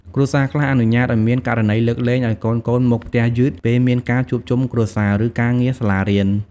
គ្រួសារខ្លះអនុញ្ញាតឱ្យមានករណីលើកលែងឱ្យកូនៗមកផ្ទះយឺតពេលមានការជួបជុំគ្រួសារ ឬការងារសាលារៀន។